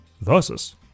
versus